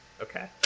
Okay